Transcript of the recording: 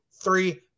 three